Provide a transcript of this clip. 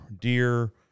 deer